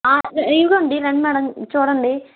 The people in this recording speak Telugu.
రెడీగా ఉంది రండి మేడం చూడండి